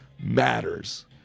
matters